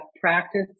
practice